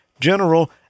general